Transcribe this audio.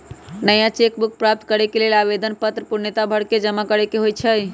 नया cheque book प्राप्त करेके लेल आवेदन पत्र पूर्णतया भरके जमा करेके होइ छइ